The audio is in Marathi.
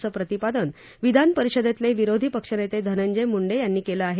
असं प्रतिपादन विधान परिषदेतले विरोधी पक्षनेते धनंजय मूंडे यांनी केलं आहे